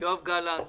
יואב גלנט,